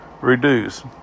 reduce